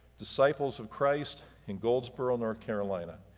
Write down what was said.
disciples of christ in goldsboro, north carolina.